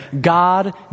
God